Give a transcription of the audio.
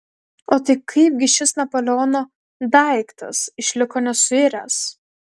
o tai kaip gi šis napoleono daiktas išliko nesuiręs